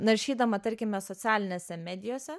naršydama tarkime socialinėse medijose